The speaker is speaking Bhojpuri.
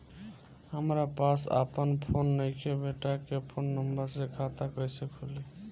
हमरा पास आपन फोन नईखे बेटा के फोन नंबर से खाता कइसे खुली?